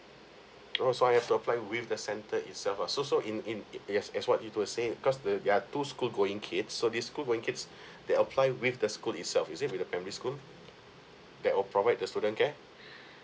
oh so I have to apply with the centre itself lah so so in in it yes as what you to were say because the there are two school going kids so these school going kids they apply with the school itself is it with the primary school that will provide the student care